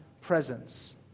presence